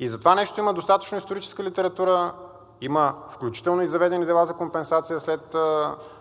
И за това нещо има достатъчно историческа литература, има включително и заведени дела за компенсация след